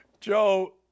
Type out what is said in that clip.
Joe